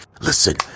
listen